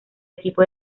equipo